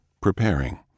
preparing